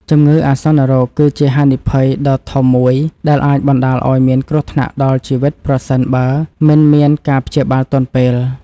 ជំងឺអាសន្នរោគគឺជាហានិភ័យដ៏ធំមួយដែលអាចបណ្តាលឱ្យមានគ្រោះថ្នាក់ដល់ជីវិតប្រសិនបើមិនមានការព្យាបាលទាន់ពេល។